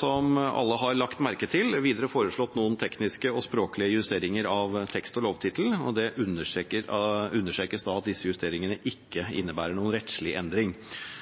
som alle har lagt merke til, videre foreslått noen tekniske og språklige justeringer av tekst og lovtittel, og det understrekes at disse justeringene ikke innebærer noen rettslig endring.